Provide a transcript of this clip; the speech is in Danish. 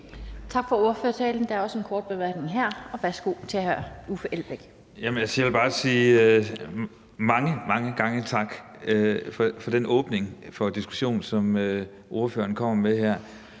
Tak for ordførertalen. Der er også en kort bemærkning her. Værsgo til hr. Uffe Elbæk. Kl. 20:22 Uffe Elbæk (FG): Jeg vil bare sige mange, mange gange tak for den åbning for diskussion, som ordføreren kommer med her.